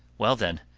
well then,